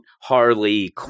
Harley